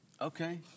Okay